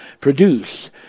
produce